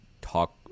talk